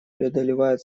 преодолевает